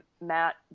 Matt